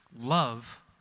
love